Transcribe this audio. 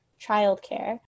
childcare